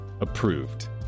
approved